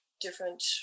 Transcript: different